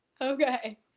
Okay